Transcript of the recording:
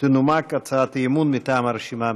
תנומק הצעת אי-אמון מטעם הרשימה המשותפת.